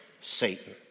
Satan